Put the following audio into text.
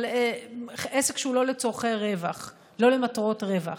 אבל עסק שהוא לא לצורכי רווח, לא למטרות רווח.